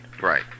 right